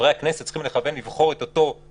חברי הכנסת צריכים לבחור את אותו נוסח